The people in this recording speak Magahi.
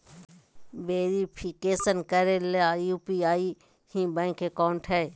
वेरिफिकेशन करे ले यू.पी.आई ही बैंक अकाउंट हइ